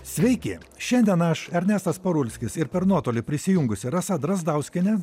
sveiki šiandien aš ernestas parulskis ir per nuotolį prisijungusi rasa drazdauskienė